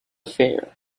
fare